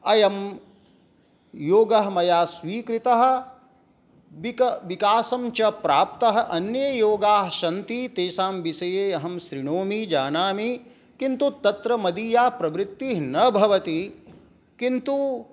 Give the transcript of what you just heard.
अयं योगः मया स्वीकृतः बिक विकासं च प्राप्तः अन्य योगाः सन्ति तेषां विषये अहं शृणोमि जानामि किन्तु तत्र मदीया प्रवृत्तिः न भवति किन्तु